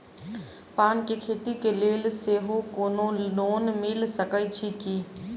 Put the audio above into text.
पान केँ खेती केँ लेल सेहो कोनो लोन मिल सकै छी की?